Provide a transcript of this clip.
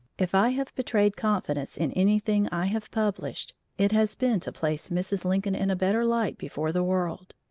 if i have betrayed confidence in anything i have published, it has been to place mrs. lincoln in a better light before the world.